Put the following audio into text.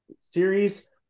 series